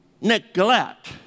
neglect